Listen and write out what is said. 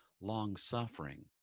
long-suffering